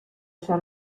ser